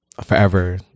Forever